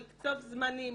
יקצוב זמנים,